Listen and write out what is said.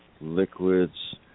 liquids